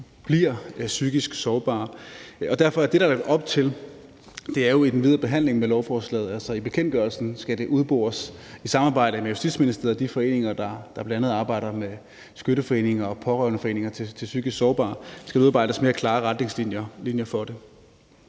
bliver psykisk sårbare. Derfor er det, der bliver lagt op til, at det skal udbores i den videre behandling af lovforslaget og i bekendtgørelsen i samarbejde med Justitsministeriet og de foreninger, der arbejder med det, bl.a. skytteforeninger og pårørendeforeninger til psykisk sårbare, og at der skal udarbejdes mere klare retningslinjer for det.